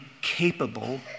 capable